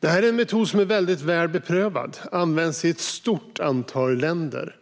Det här är en metod som är väl beprövad. Den används i ett stort antal länder.